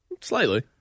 Slightly